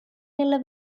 nella